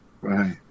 Right